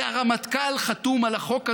והרמטכ"ל חתום על החוק הזה,